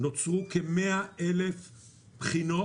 נוצרו כ-100,000 בחינות.